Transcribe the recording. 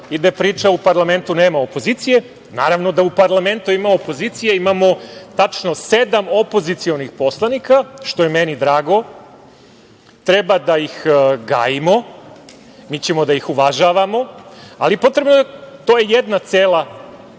ide priča da u parlamentu nema opozicije. Naravno da u parlamentu ima opozicije, imamo tačno sedam opozicionih poslanika, što je meni drago i treba da ih gajimo. Mi ćemo da ih uvažavamo, to je jedna cela